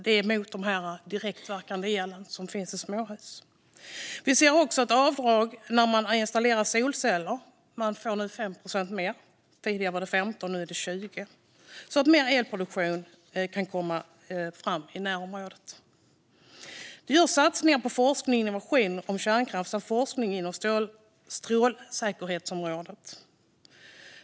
Det är riktat mot den direktverkande elen, som finns i småhus. Vi ser till att avdragen när man installerar solceller blir större. Man får 5 procent mer - tidigare var det 15 procent; nu är det 20 - så att mer el kan produceras i närområdet. Det görs satsningar på forskning och innovation om kärnkraft samt forskning inom strålsäkerhetsområdet.